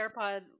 AirPod